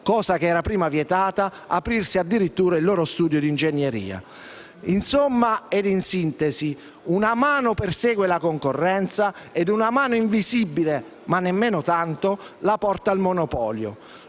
cosa prima vietata, aprirsi il loro studio di ingegneria)». Insomma ed in sintesi una mano persegue la concorrenza ed una mano invisibile (ma nemmeno tanto) la porta al monopolio.